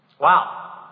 Wow